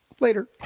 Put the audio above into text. Later